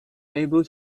able